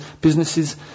businesses